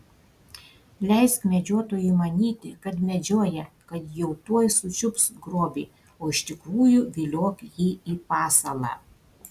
leisk medžiotojui manyti kad medžioja kad jau tuoj sučiups grobį o iš tikrųjų viliok jį į pasalą